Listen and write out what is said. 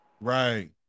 Right